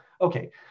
okay